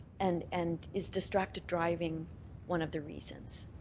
and and is distracted driving one of the reasons?